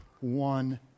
one